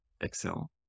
Excel